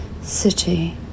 City